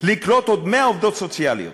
לקלוט עוד 100 עובדות סוציאליות